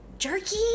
jerky